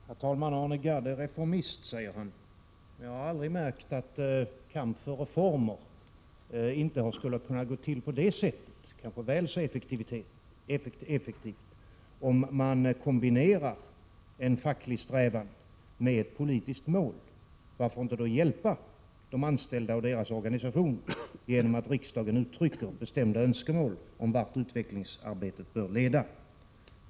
Herr talman! Arne Gädd är reformist, säger han. Jag har aldrig märkt att kamp för reformer inte skulle ha kunnat gå till på det sättet, kanske väl så effektivt. Om man kombinerar en facklig strävan med ett politiskt mål, varför då inte hjälpa de anställda och deras organisationer genom att riksdagen uttrycker bestämda önskemål om vart utvecklingsarbetet bör leda?